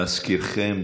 להזכירכם,